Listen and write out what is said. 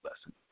lesson